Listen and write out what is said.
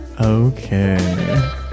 Okay